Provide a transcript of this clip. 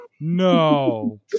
No